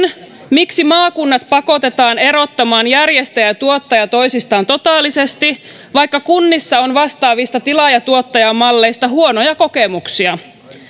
miksi maakunnat pakotetaan erottamaan järjestäjä ja tuottaja toisistaan totaalisesti vaikka kunnissa on vastaavista tilaaja tuottaja malleista huonoja kokemuksia